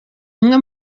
umwe